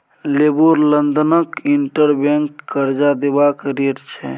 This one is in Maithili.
लेबोर लंदनक इंटर बैंक करजा देबाक रेट छै